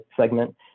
segment